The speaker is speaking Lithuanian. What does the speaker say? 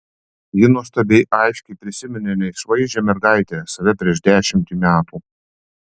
ji nuostabiai aiškiai prisiminė neišvaizdžią mergaitę save prieš dešimtį metų